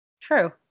True